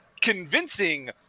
convincing